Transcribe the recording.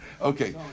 Okay